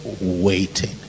waiting